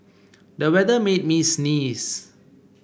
the weather made me sneeze